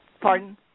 Pardon